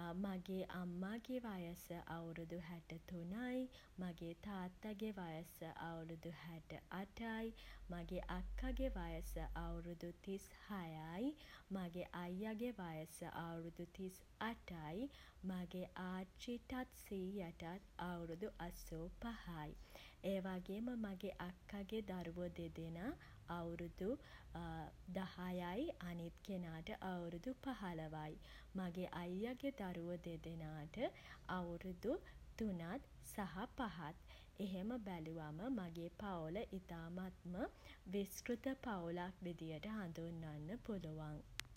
මගේ අම්මාගේ වයස අවුරුදු හැට තුනයි. මගේ තාත්තගේ වයස අවුරුදු හැට අටයි. මගේ අක්කගේ වයස අවුරුදු තිස් හයයි. මගේ අයියගේ වයස අවුරුදු තිස් අටයි. මගේ ආච්චිටත් සීයටත් අවුරුදු අසූ පහයි. ඒ වගේම මගේ අක්කගේ දරුවෝ දෙදෙනා අවුරුදු දහයයි. අනිත් කෙනාට අවුරුදු පහළවයි. මගේ අයියගේ දරුවන් දෙදෙනාට අවුරුදු තුනත් සහ පහත්. එහෙම බැලුවම මගේ පවුල ඉතාමත්ම විස්තෘත පවුලක් විදියට හඳුන්වන්න පුළුවන්.